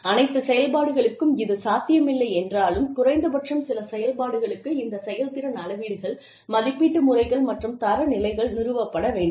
அனைத்து செயல்பாடுகளுக்கும் இது சாத்தியமில்லை என்றாலும் குறைந்தபட்சம் சில செயல்பாடுகளுக்கு இந்த செயல்திறன் அளவீடுகள் மதிப்பீட்டு முறைகள் மற்றும் தரநிலைகள் நிறுவப்பட வேண்டும்